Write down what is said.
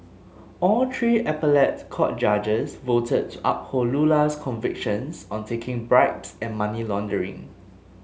all three appellate court judges voted to uphold Lula's convictions on taking bribes and money laundering